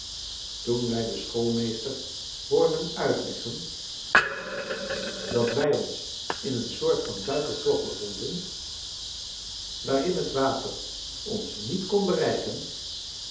toen wij den schoolmeester hoorden uitleggen dat wij ons in een soort van duikerklok bevonden waarin het water ons niet kon bereiken